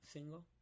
Single